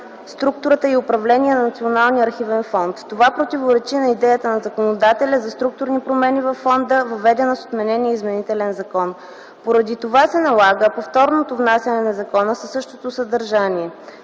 структурата и управлението на Националния архивен фонд. Това противоречи на идеята на законодателя за структурни промени във фонда, въведена с отменения изменителен закон. Поради това се налага повторното внасяне на закона със същото съдържание.